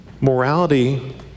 Morality